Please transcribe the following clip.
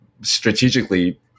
strategically